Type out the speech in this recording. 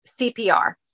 cpr